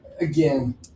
again